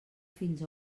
fins